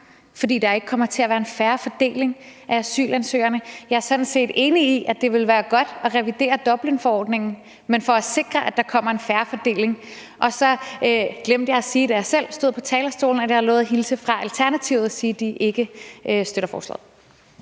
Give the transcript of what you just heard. fordi der ikke kommer til at være en fair fordeling af asylansøgerne. Jeg er sådan set enig i, at det vil være godt at revidere Dublinforordningen, men det skal være for at sikre, at der kommer en fair fordeling. Så glemte jeg at sige, da jeg selv stod på talerstolen, at jeg har lovet at hilse fra Alternativet og sige, at de ikke støtter forslaget.